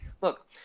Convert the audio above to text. look